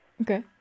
Okay